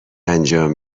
انجام